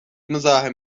مزاحم